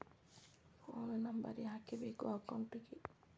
Phone number ಯಾಕೆ ಬೇಕು ಅಕೌಂಟಿಗೆ?